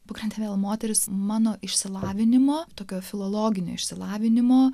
būtent vėl moteris mano išsilavinimo tokio filologinio išsilavinimo